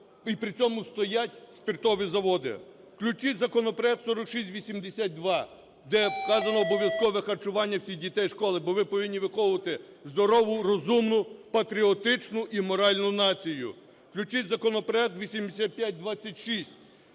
і при цьому стоять спиртові заводи. Включіть законопроект 4682, де вказано обов'язкове харчування всіх дітей в школах, бо ви повинні виховувати здорову, розумну, патріотичну і моральну націю. Включіть законопроект 8526,